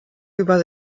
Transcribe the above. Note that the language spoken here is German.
über